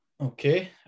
Okay